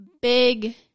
big